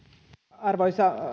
arvoisa